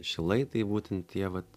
šilai tai būtent tie vat